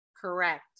Correct